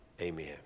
Amen